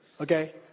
okay